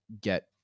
get